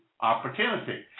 opportunity